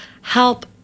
help